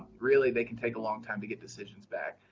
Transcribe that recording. really they can take a long time to get decisions back.